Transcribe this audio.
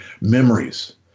memories